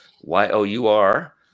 Y-O-U-R